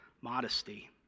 modesty